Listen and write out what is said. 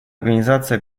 организации